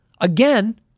Again